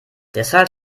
deshalb